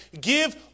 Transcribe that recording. give